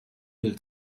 lil